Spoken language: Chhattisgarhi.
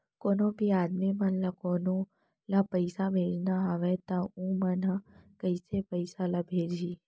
कोन्हों भी आदमी मन ला कोनो ला पइसा भेजना हवय त उ मन ह कइसे पइसा ला भेजही?